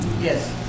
Yes